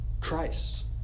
Christ